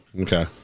Okay